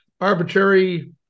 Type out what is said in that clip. arbitrary